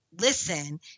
Listen